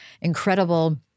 incredible